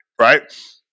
right